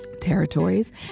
territories